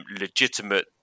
legitimate